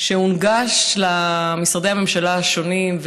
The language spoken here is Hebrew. שהונגש למשרדי הממשלה השונים,